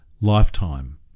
lifetime